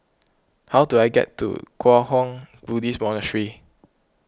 how do I get to Kwang Hua Buddhist Monastery